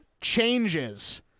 changes